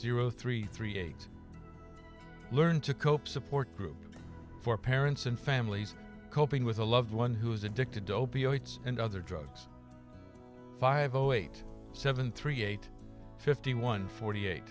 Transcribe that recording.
zero three three eight learn to cope support group for parents and families coping with a loved one who is addicted to opioids and other drugs five zero eight seven three eight fifty one forty eight